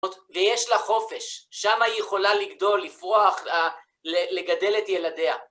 ויש לה חופש, שמה היא יכולה לגדול, לפרוח, לגדל את ילדיה.